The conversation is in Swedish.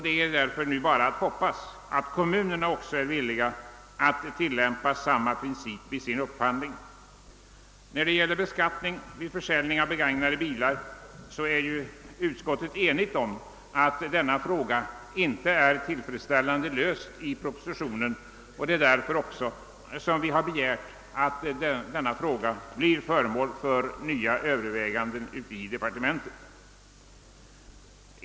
Det är därför nu bara att hoppas att också kommunerna är villiga att tillämpa samma principer vid sin upphandling. Vad beträffar beskattningen vid försäljning av begagnade bilar är utskottet enigt om att denna fråga inte är tillfredsställande behandlad i propositionen, och vi har av den anledningen också begärt att frågan skall bli föremål för nya överväganden i departementet.